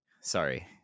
Sorry